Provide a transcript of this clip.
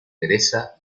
teresa